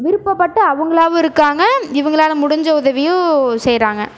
விருப்பப்பட்டு அவங்களாவும் இருக்காங்க இவங்களால முடிஞ்ச உதவியும் செய்கிறாங்க